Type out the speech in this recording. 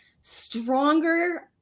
stronger